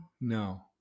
No